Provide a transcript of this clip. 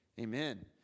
amen